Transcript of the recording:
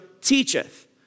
teacheth